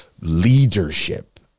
leadership